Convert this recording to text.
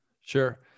Sure